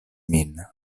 min